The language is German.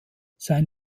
sein